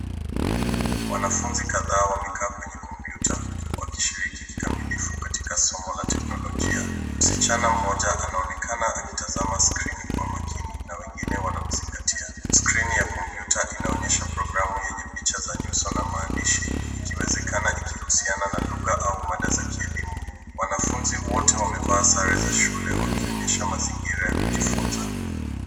Wanafunzi kadhaa wamekaa kwenye kompyuta wakishiriki kikamilifu katika somo la teknolojia. Msichana mmoja anaonekana akitazama skrini kwa makini na wengine wanamzingatia. Skrini ya komoyuta innaonyesha programu yenye picha za nyuso na maandishi ikiwezekana ikihusiana na lugha za kielimu. Wanafunzi wote wamevaa sare za shule wakionyesha mazingira ya kujifunza.